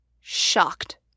shocked